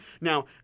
Now